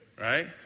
right